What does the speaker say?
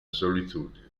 solitudine